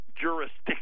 jurisdiction